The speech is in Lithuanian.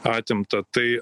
atimta tai